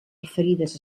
referides